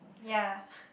ya